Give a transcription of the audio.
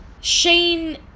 Shane